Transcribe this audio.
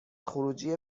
خروجی